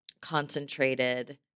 concentrated